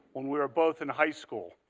when we were both in high school.